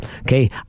okay